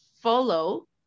follow